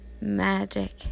Magic